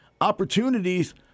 opportunities